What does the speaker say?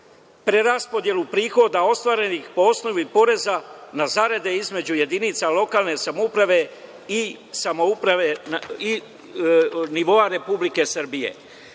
preraspodelu prihoda ostvarenih po osnovu poreza na zarade između jedinica lokalnih samouprava i nivoa Republike Srbije.